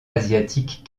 asiatique